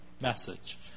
message